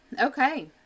okay